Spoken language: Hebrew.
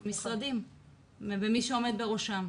הדרג היישומי, המשרדים ומי שעומד בראשם.